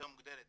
מוגדלת